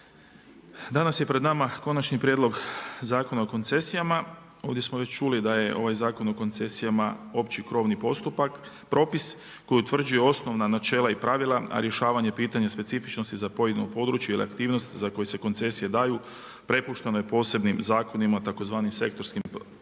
Danas je pred nama Konačni prijedlog Zakona o koncesijama, ovdje smo već čuli da je ovaj Zakon o koncesijama opći krovni postupak, propis, koji utvrđuje osnovna načela i pravila a rješavanje pitanja specifičnosti za pojedino područje ili aktivnosti za koje se koncesije daju prepuštano je posebnim zakonima tzv. sektorskim propisima.